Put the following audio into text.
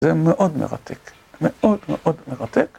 זה מאוד מרתק, מאוד מאוד מרתק.